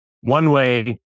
one-way